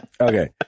Okay